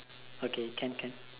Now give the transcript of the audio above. okay can can